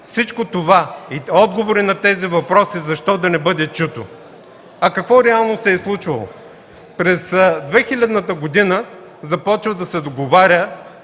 всичко това и отговори на тези въпроси, да не бъдат чути. А какво реално се е случвало? През 2000-та година започва да се договаря